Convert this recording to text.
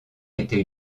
était